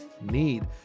need